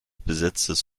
besetztes